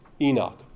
Enoch